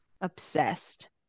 Obsessed